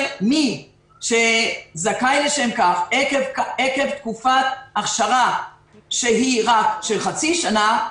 מי שזכאי לשם כך עקב תקופת אכשרה שהיא רק של חצי שנה,